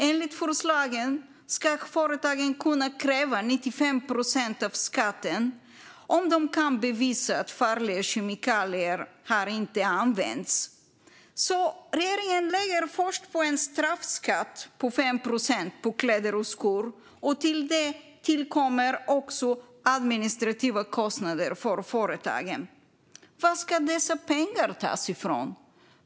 Enligt förslaget ska företagen kunna kräva 95 procent av skatten om de kan bevisa att farliga kemikalier inte har använts. Regeringen lägger alltså först på en straffskatt på 5 procent på kläder och skor. Sedan tillkommer administrativa kostnader för företagen. Varifrån ska dessa pengar tas?